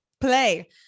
play